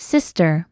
Sister